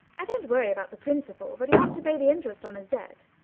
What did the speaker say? i don't worry about the principal, but he ought to pay the interest on his debt.